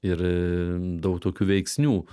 ir daug tokių veiksnių